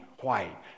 white